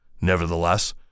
Nevertheless